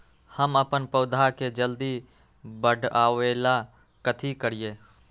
हम अपन पौधा के जल्दी बाढ़आवेला कथि करिए?